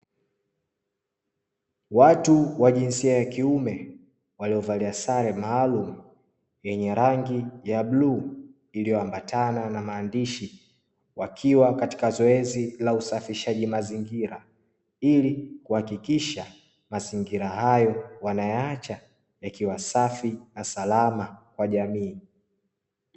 Watu wa jinsia ya kiume waliovalia sare maalum yenye rangi ya bluu, iliyo ambatana na maandishi, wakiwa katika zoezi la usafishaji mazingira ili kuhakikisha mazingira hayo wanayaacha yakiwa safi na salama kwa jamii.